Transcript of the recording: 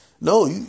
No